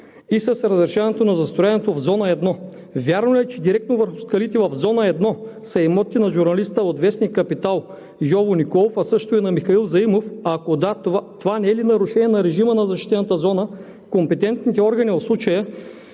и с разрешаването на застрояването в Зона 1? Вярно ли е, че директно върху скалите в Зона 1 са имотите на журналиста от вестник „Капитал“ Йово Николов, а също и на Михаил Заимов? Ако е да, това не е ли нарушение на режима на защитената зона? Компетентните органи, в случая